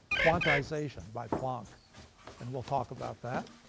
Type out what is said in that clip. quantization by planck and we'll talk about that.